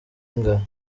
ingano